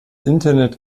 internet